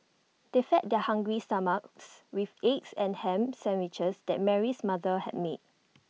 they fed their hungry stomachs with the egg and Ham Sandwiches that Mary's mother had made